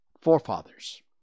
forefathers